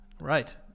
Right